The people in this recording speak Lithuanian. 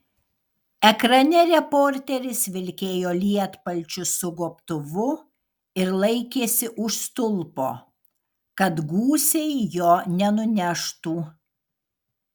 ekrane reporteris vilkėjo lietpalčiu su gobtuvu ir laikėsi už stulpo kad gūsiai jo nenuneštų